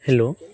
hello